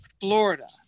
Florida